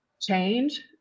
change